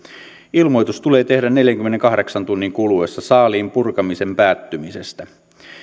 ilmoitus tulee tehdä neljänkymmenenkahdeksan tunnin kuluessa saaliin purkamisen päättymisestä